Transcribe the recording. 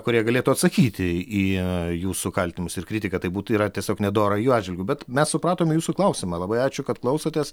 kurie galėtų atsakyti į jūsų kaltinimus ir kritiką tai būt yra tiesiog nedora jų atžvilgiu bet mes supratom jūsų klausimą labai ačiū kad klausotės